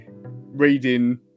reading